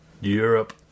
Europe